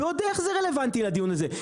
ועוד איך זה רלוונטי לדיון הזה,